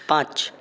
পাঁচ